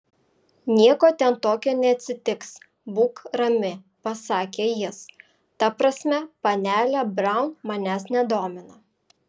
nieko ten tokio neatsitiks būk rami pasakė jis ta prasme panelė braun manęs nedomina